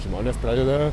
žmonės pradeda